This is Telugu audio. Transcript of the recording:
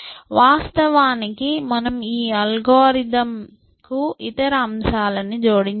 వాస్తవానికి మనము ఈ అల్గోరిథంకు ఇతర అంశాలను జోడించవచ్చు